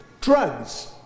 Drugs